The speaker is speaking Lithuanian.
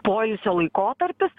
poilsio laikotarpis